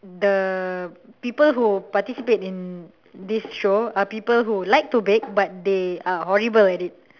the people who participate in this show are people who like to bake but they are horrible at it